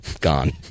Gone